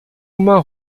uma